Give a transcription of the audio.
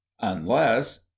Unless